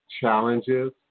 challenges